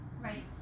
right